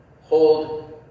hold